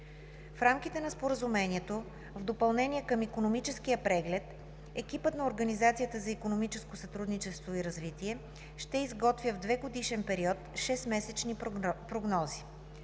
В рамките на Споразумението, в допълнение към Икономическия преглед, екипът на Организацията за икономическо сътрудничество и развитие ще изготвя в двегодишен период шестмесечни прогнози.